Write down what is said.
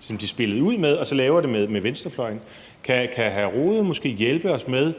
som de spillede ud med, og laver det så med venstrefløjen. Kan hr. Jens Rohde måske hjælpe os med,